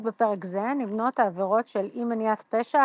בפרק זה נמנות העבירות של אי מניעת פשע,